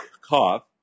cough